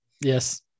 Yes